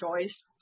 choice